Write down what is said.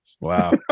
Wow